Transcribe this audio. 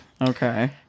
Okay